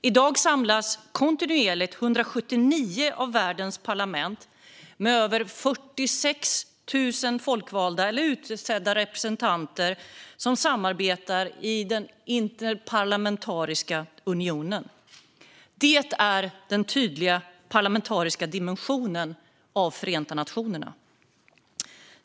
I dag samlas kontinuerligt representanter för 179 av världens parlament med över 46 000 folkvalda eller utsedda representanter. De samarbetar i Interparlamentariska unionen. Det är den tydliga parlamentariska dimensionen av Förenta nationerna.